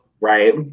right